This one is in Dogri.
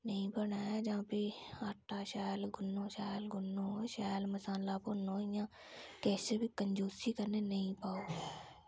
नेईं बनै जां फ्ही आटा शैल गुन्नो शैल गुन्नो शैल मसाला भुन्नो इ'यां किश बी कंजूसी कन्नै नेईं पाओ